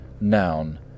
noun